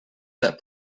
that